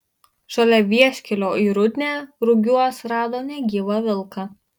šalia vieškelio į rudnią rugiuos rado negyvą vilką